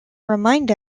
remind